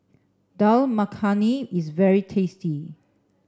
Dal Makhani is very tasty